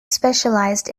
specialized